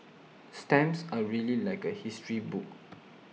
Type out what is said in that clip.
stamps are really like a history book